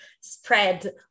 spread